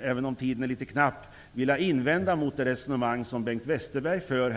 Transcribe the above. Även om tiden är knapp vill jag invända mot det resonemang som Bengt Westerberg för.